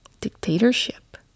dictatorship